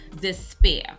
despair